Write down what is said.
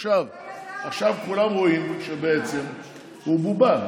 עכשיו כולם רואים שבעצם הוא בובה.